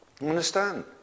Understand